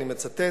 ואני מצטט: